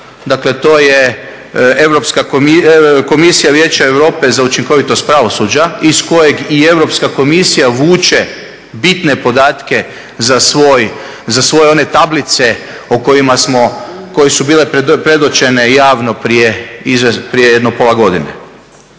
dakle to je Komisija Vijeća Europe za komisiju pravosuđa iz kojeg i Europska komisija vuče bitne podatke za svoje one tablice koje su bile predočene javno prije jedno pola godine.